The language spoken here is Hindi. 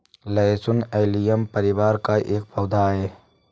लहसुन एलियम परिवार का एक पौधा है